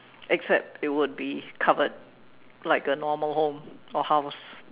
except it would be covered like a normal home or house